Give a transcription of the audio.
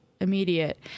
immediate